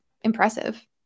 impressive